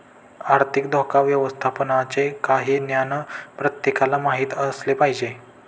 आर्थिक धोका व्यवस्थापनाचे काही ज्ञान प्रत्येकाला माहित असले पाहिजे